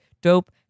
dope